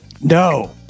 No